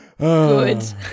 Good